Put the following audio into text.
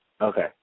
okay